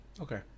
Okay